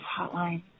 hotline